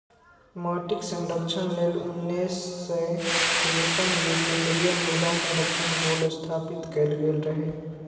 माटिक संरक्षण लेल उन्नैस सय तिरेपन मे केंद्रीय मृदा संरक्षण बोर्ड स्थापित कैल गेल रहै